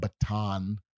baton